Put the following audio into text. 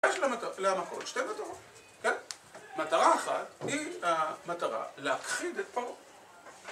יש למקום שתי מטרות מטרה אחת היא המטרה להכחיד את פרעה